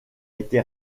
été